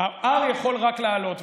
שה-R יכול רק לעלות.